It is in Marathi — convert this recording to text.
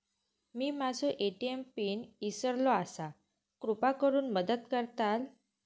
मी माझो ए.टी.एम पिन इसरलो आसा कृपा करुन मदत करताल